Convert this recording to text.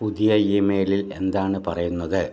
പുതിയ ഇമെയിലിൽ എന്താണ് പറയുന്നത്